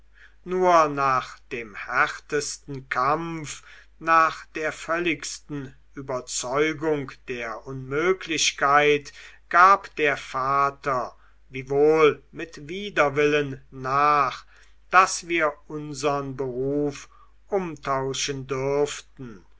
nur nach dem härtsten kampf nach der völligen überzeugung der unmöglichkeit gab der vater wiewohl mit widerwillen nach daß wir unsern beruf umtauschen dürften